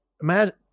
imagine